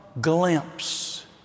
glimpse